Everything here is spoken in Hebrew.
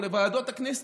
או לוועדות הכנסת,